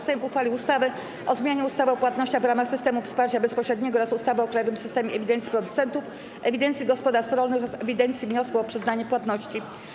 Sejm uchwalił ustawę o zmianie ustawy o płatnościach w ramach systemów wsparcia bezpośredniego oraz ustawy o krajowym systemie ewidencji producentów, ewidencji gospodarstw rolnych oraz ewidencji wniosków o przyznanie płatności.